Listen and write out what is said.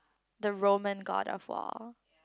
the Roman god of war